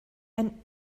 and